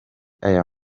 aya